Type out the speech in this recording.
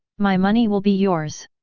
my money will be yours!